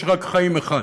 יש רק חיים אחד.